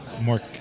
more